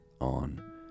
on